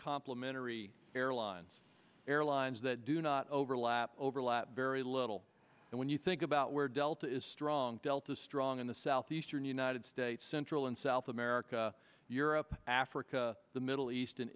complimentary airlines airlines that do not overlap overlap very little and when you think about where delta is strong delta strong in the southeastern united states central and south america europe africa the middle east